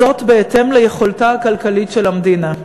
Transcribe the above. בהתאם ליכולתה הכלכלית של המדינה.